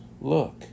Look